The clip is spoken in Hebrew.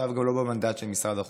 עכשיו זה כבר לא במנדט של משרד החוץ.